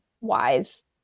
wise